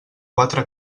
quatre